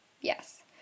Yes